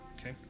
Okay